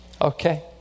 Okay